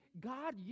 God